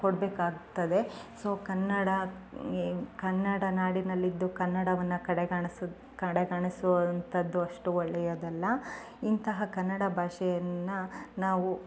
ಕೊಡಬೇಕಾಗ್ತದೆ ಸೊ ಕನ್ನಡ ಏ ಕನ್ನಡ ನಾಡಿನಲ್ಲಿದ್ದು ಕನ್ನಡವನ್ನು ಕಡೆಗಾಣಿಸೋದ್ ಕಡೆಗಾಣಿಸುವಂಥದ್ದು ಅಷ್ಟು ಒಳ್ಳೆಯದಲ್ಲ ಇಂತಹ ಕನ್ನಡ ಭಾಷೆಯನ್ನ ನಾವು